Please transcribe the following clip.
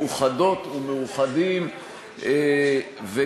מאוחדות ומאוחדים -- יפה,